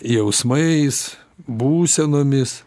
jausmais būsenomis